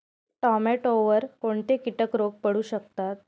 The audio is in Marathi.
टोमॅटोवर कोणते किटक रोग पडू शकतात?